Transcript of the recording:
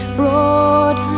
broad